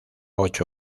ocho